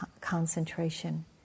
concentration